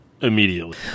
immediately